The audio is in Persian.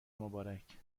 مبارک